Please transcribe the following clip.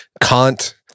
Kant